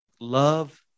love